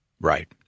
Right